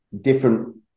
different